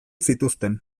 zituzten